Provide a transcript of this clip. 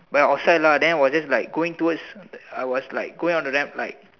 but outside lah then I was just like going towards I was like going to them like